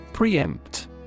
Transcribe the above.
Preempt